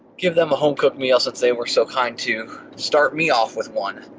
give them a home cooked meal since they were so kind to start me off with one.